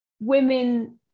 women